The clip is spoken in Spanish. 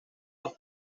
dos